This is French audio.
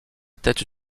tête